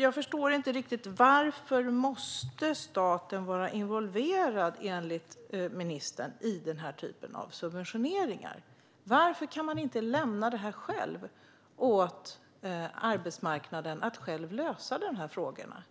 Jag förstår inte riktigt varför staten enligt ministern måste vara involverad i den typen av subventioneringar. Varför kan man inte lämna över åt arbetsmarknaden att själv lösa frågorna?